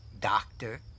doctor